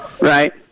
Right